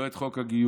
לא את חוק הגיור,